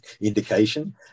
indication